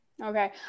Okay